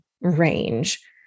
range